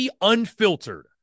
Unfiltered